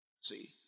See